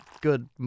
good